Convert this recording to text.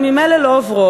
אם הן ממילא לא עוברות,